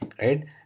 right